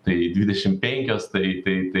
tai dvidešimt penkios tai tai tai